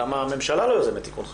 למה הממשלה לא יוזמת תיקון חקיקה?